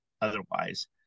otherwise